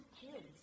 kids